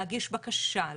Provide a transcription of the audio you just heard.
להגיש בקשה,